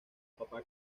papá